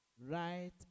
Right